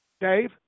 Dave